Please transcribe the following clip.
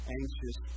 anxious